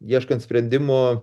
ieškant sprendimo